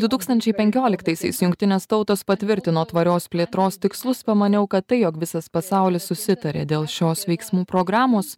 du tūkstančiai penkioliktaisiais jungtinės tautos patvirtino tvarios plėtros tikslus pamaniau kad tai jog visas pasaulis susitarė dėl šios veiksmų programos